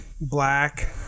black